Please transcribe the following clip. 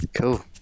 Cool